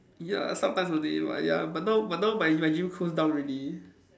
ya sometimes only but ya but now but now my my gym close down already